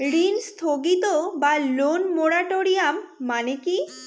ঋণ স্থগিত বা লোন মোরাটোরিয়াম মানে কি?